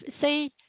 Say